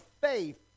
faith